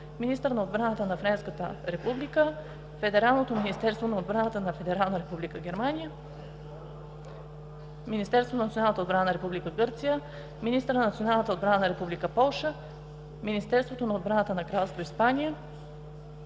министъра на отбраната на Френската република, Федералното министерство на отбраната на Федерална република Германия, Министерството на националната отбрана на Република Гърция, министъра на националната отбрана на Република Полша, Министерството на отбраната на Кралство Испания,